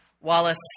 Wallace